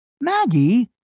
Maggie